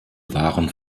waren